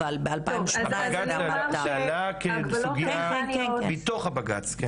אגב, זה עלה כסוגיה מתוך הבג"צ.